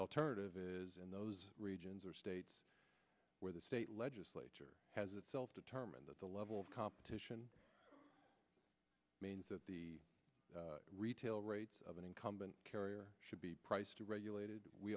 alternative is in those regions or states where the state legislature has itself determined that the level of competition means that the retail rates of an incumbent carrier should be priced a regulated we